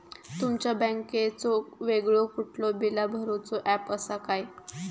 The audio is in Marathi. तुमच्या बँकेचो वेगळो कुठलो बिला भरूचो ऍप असा काय?